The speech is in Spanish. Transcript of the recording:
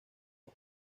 los